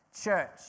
Church